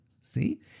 See